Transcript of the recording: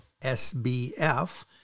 SBF